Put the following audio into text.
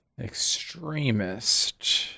extremist